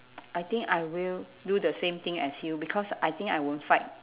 I think I will do the same thing as you because I think I won't fight